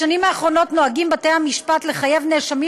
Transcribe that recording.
בשנים האחרונות נוהגים בתי המשפט לחייב נאשמים